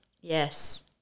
Yes